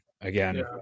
again